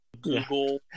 Google